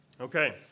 Okay